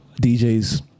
DJs